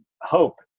hope